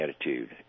attitude